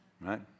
Right